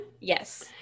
Yes